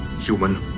human